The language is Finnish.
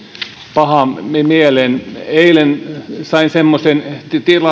pahan mielen eilen sain semmoisen